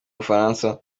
bufaransa